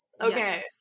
Okay